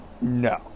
No